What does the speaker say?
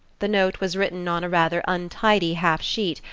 the note was written on a rather untidy half-sheet,